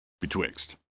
betwixt